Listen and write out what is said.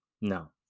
no